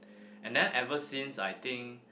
and then ever since I think